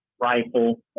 rifle